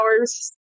hours